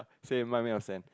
same mine made of sand